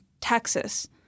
Texas